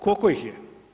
Koliko ih je?